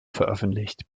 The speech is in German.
veröffentlicht